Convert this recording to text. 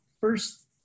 First